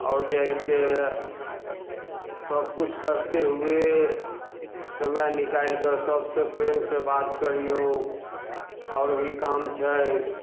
आओर जैसे सभकिछु करते हुए समय निकालि कऽ सभसँ प्रेमसँ बात करियौ आओर भी काम छै